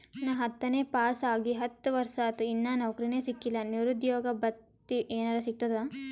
ನಾ ಹತ್ತನೇ ಪಾಸ್ ಆಗಿ ಹತ್ತ ವರ್ಸಾತು, ಇನ್ನಾ ನೌಕ್ರಿನೆ ಸಿಕಿಲ್ಲ, ನಿರುದ್ಯೋಗ ಭತ್ತಿ ಎನೆರೆ ಸಿಗ್ತದಾ?